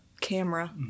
camera